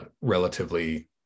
relatively